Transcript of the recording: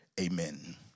amen